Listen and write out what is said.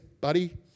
buddy